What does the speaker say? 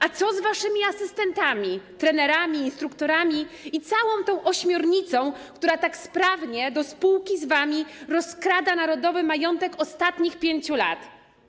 A co z waszymi asystentami, trenerami, instruktorami i całą tą ośmiornicą, która tak sprawnie do spółki z wami rozkrada narodowy majątek ostatnich 5 lat?